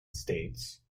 states